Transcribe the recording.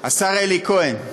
השר אלי כהן,